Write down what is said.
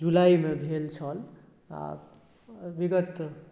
जुलाई मे भेल छल आ विगत